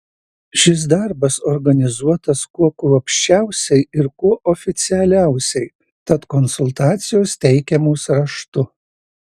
šis darbas organizuotas kuo kruopščiausiai ir kuo oficialiausiai tad konsultacijos teikiamos raštu